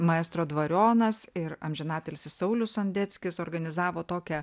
maestro dvarionas ir amžinatilsį saulius sondeckis suorganizavo tokią